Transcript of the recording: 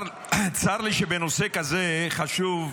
צר לי שבנושא כזה חשוב,